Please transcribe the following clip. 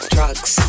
Drugs